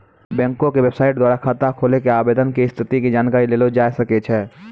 bank के बेबसाइटो द्वारा खाता खोलै के आवेदन के स्थिति के जानकारी लेलो जाय सकै छै